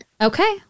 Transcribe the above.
okay